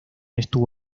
estuvo